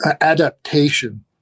adaptation